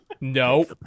no